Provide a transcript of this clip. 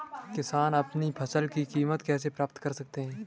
किसान अपनी फसल की कीमत कैसे पता कर सकते हैं?